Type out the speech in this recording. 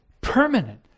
Permanent